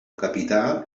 capità